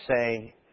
say